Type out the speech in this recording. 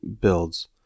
builds